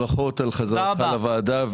ברכות על חזרתך לוועדה -- תודה רבה.